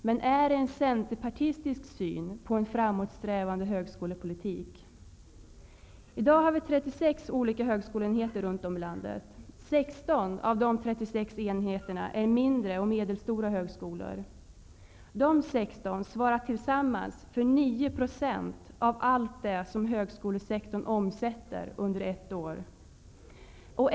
Men är det en centerpartistisk syn på en framåtsträvande högskolepolitik? I dag har vi 36 olika högskoleenheter runt om i landet, 16 av de 36 enheterna är mindre och medelstora högskolor. Dessa 16 svarar tillsammans för 9 % av allt det som högskolesektorn omsätter under ett år.